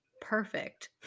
perfect